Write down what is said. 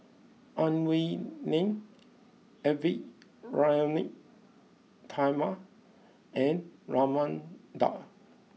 Ang Wei Neng Edwy Lyonet Talma and Raman Daud